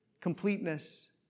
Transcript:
completeness